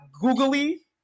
googly